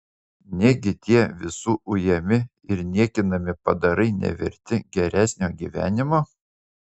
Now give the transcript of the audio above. negi tie visų ujami ir niekinami padarai neverti geresnio gyvenimo